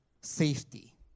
safety